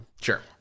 sure